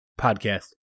podcast